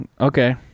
Okay